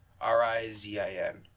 R-I-Z-I-N